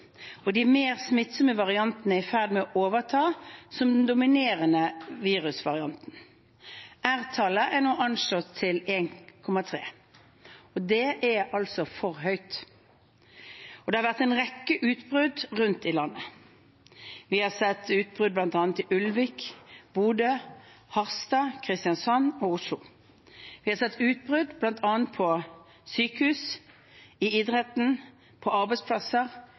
og de mer smittsomme variantene er i ferd med å overta som den dominerende virusvarianten. R-tallet er nå anslått til 1,3. Det er altså for høyt. Det har vært en rekke utbrudd rundt i landet. Vi har sett utbrudd i bl.a. Ulvik, Bodø, Harstad, Kristiansand og Oslo. Vi har sett utbrudd bl.a. på sykehus, i idretten, på arbeidsplasser,